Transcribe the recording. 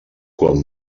quan